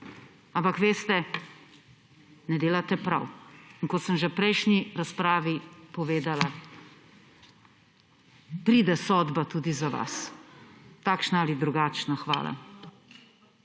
Ampak, veste, ne delate prav. Kot sem že v prejšnji razpravi povedala, pride sodba tudi za vas. Takšna ali drugačna. Hvala.